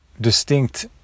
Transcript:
distinct